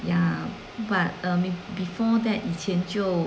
ya but um be~ before that 以前就